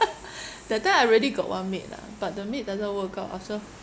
that time I already got one maid lah but the maid doesn't work out also